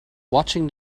watching